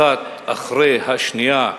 אחת אחרי השנייה,